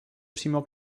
přímo